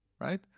right